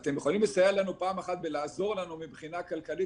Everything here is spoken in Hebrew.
אתם יכולים לסייע לנו פעם אחת בלעזור לנו מבחינה כלכלית